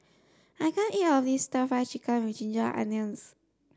I can't eat of this stir fry chicken with ginger onions